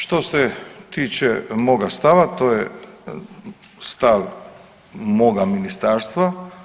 Što se tiče moga stava to je stav moga Ministarstva.